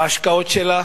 בהשקעות שלה,